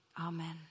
Amen